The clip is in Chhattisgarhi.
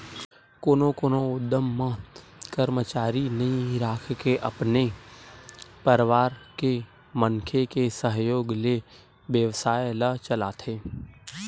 कोनो कोनो उद्यम म करमचारी नइ राखके अपने परवार के मनखे के सहयोग ले बेवसाय ल चलाथे